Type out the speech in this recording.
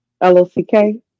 L-O-C-K